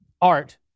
art